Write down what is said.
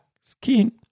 skin